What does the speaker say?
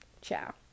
Ciao